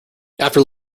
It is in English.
after